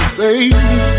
baby